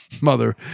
mother